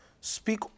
Speak